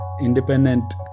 independent